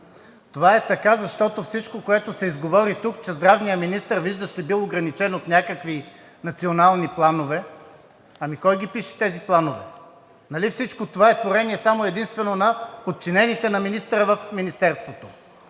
Това е така, защото всичко, което се изговори тук, че здравният министър, виждаш ли, бил ограничен от някакви национални планове, ами кой ги пише тези планове? Нали всичко това е творение само и единствено на подчинените на министъра в Министерството?